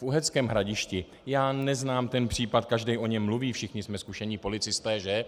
V Uherském Hradišti já neznám ten případ, každý o něm mluví, všichni jsme zkušení policisté, že?